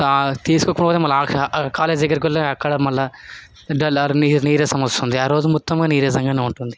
తీసుకోకుండా అక్క అక్కడ కాలేజ్ దగ్గరికి అక్కడ మల్ల డల్ ఆర్ నీరసం వస్తుంది ఆ రోజు మొత్తంగా నీరసంగానే ఉంటుంది